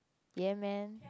ya man